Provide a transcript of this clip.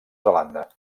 zelanda